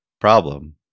problem